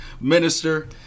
minister